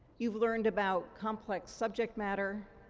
you've learned about complex subject matter,